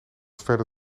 verder